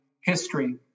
history